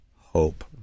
hope